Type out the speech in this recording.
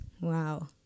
Wow